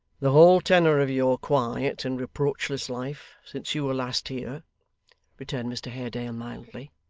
the whole tenor of your quiet and reproachless life since you were last here returned mr haredale, mildly,